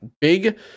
big